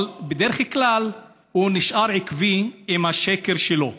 אבל בדרך כלל הוא נשאר עקבי עם השקר שלו.